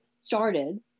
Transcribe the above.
started